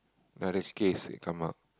another case it come up